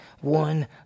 one